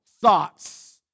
thoughts